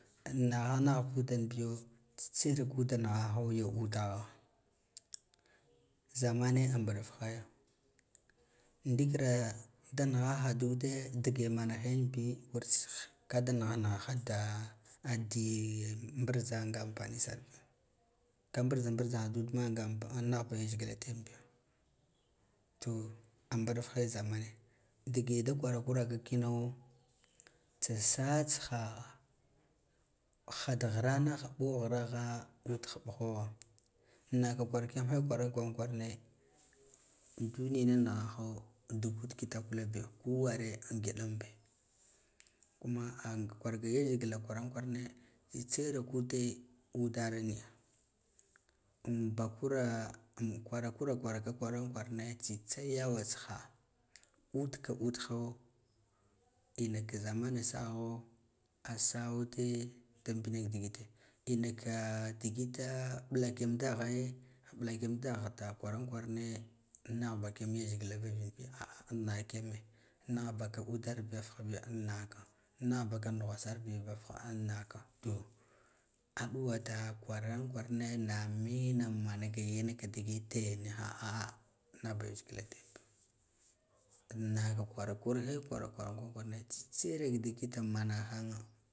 An nagha nagh ba uban biyo tsitsa ira ude nighaho ya udaha zamane a mbufeya ndivir a da nighaha da ndige wur sih niha da di mburza ga anpani sarbi ka mburba nahba yazgila diyanbi to ambufe zaman zaman dige da kwarakuraka kino tsasa tsiha ha da ghiranah mbo ghraha uoha mbohoha na ka kuar kiyam kwaran kwarane an dunina ni ghaho uk ub kitawa biyo ka ware ingidan mbi kuma an kwarga yizgila kwaan kwara ne ehtsa era ka ude udar niya an bakura an kwara kuraka kwaran kwarane tsitsa yaw tsika ho ka ud ho ka ka zaman saho a sa ghude dam mbina digit ina ka digite nbud a kiyam da ghane mbala kiyam dagha kwaran kwarane nahba kiyam yazgila bin biya an nagha kiyeme nahbaka udar biyaf habiya an naka nah buka nughwarsar hiya bafha biga annaka mana yan ka digite niha a'a nahb yazgilabi anna kwar kurhe kwara kwaran kwa arane tsitsa era ka digit nanaha